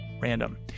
random